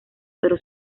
pero